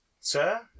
sir